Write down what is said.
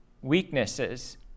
weaknesses